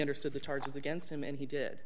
understood the charges against him and he did